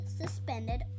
suspended